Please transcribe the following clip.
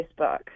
Facebook